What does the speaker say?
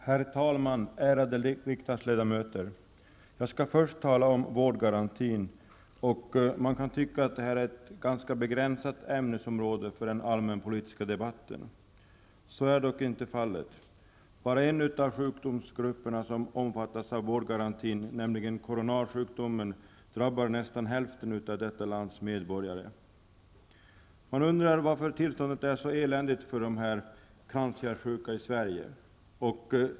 Herr talman! Ärade riksdagsledamöter. Jag skall först tala om vårdgarantin. Man kan tycka att det är ett ganska begränsat ämnesområde för den allmänpolitiska debatten. Så är dock inte fallet. Bara en av de sjukdomsgrupper som omfattas av vårdgarantin, nämligen coronarsjukdomen, drabbar nästan hälften av detta lands medborgare. Man undrar varför tillståndet är så eländigt för dessa kranskärlssjuka i Sverige.